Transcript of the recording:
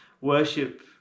worship